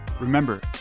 Remember